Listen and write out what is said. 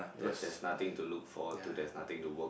that that's nothing to look for to there is nothing to work